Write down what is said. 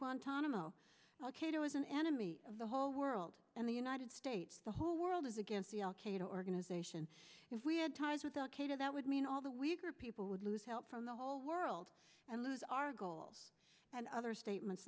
guantanamo al qaeda was an enemy of the whole world and the united states the whole world is against the al qaeda organization if we had ties with al qaeda that would mean all the weaker people would lose help from the whole world and lose our goals and other statements